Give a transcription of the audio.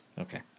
Okay